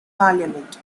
parliament